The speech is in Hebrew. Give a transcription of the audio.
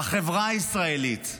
בחברה הישראלית,